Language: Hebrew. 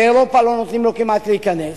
באירופה לא נותנים לו כמעט להיכנס,